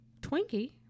Twinkie